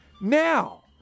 Now